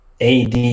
AD